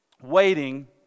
Waiting